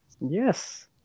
Yes